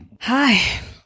Hi